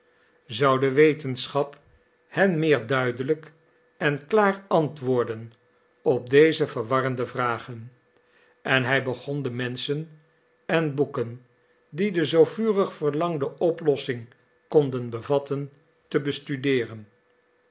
de wetenschap hen meer duidelijk en klaar antwoorden op deze verwarrende vragen en hij begon de menschen en boeken die de zoo vurig verlangde oplossing konden bevatten te bestudeeren